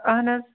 اَہَن حظ